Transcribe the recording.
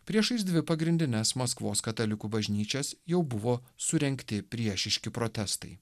priešais dvi pagrindines maskvos katalikų bažnyčias jau buvo surengti priešiški protestai